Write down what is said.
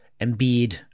Embiid